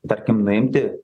tarkim nuimti